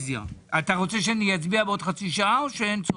אתה רוצה שנצביע בעוד חצי שעה או שאין צורך?